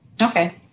Okay